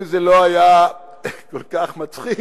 אם זה לא היה כל כך מצחיק,